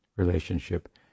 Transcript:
relationship